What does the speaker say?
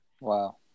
Wow